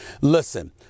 Listen